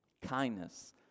Kindness